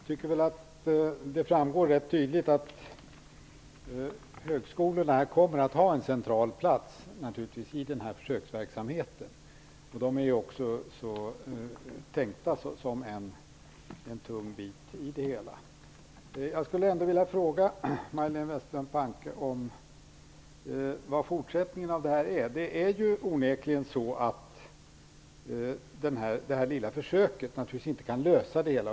Fru talman! Jag tycker att det rätt tydligt framgår att högskolorna kommer att ha en central plats i den här försöksverksamheten. De har avsetts vara en tung bit i det hela. Jag skulle ändå vilja fråga Majléne Westerlund Panke om fortsättningen av det här. Det här lilla försöket kan onekligen inte lösa det hela.